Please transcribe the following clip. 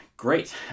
great